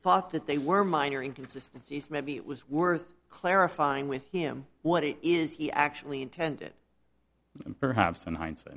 thought that they were minor inconsistencies maybe it was worth clarifying with him what it is he actually intended and perhaps in hindsight